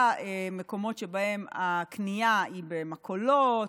במקומות שבהם הקנייה היא במכולות,